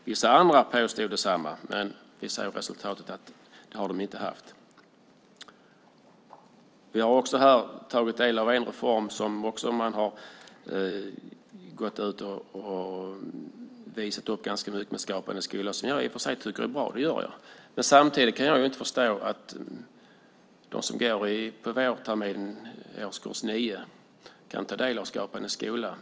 Vissa andra påstod detsamma. Men vi ser av resultatet att det inte blev så. Vi har också här tagit del av en reform som visat upp ganska mycket med Skapande skola. Jag tycker i och för sig att den är bra. Jag kan inte förstå att de elever som går på vårterminen i årskurs 9 kan ta del av Skapande skola.